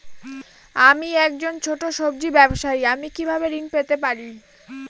আমি একজন ছোট সব্জি ব্যবসায়ী আমি কিভাবে ঋণ পেতে পারি?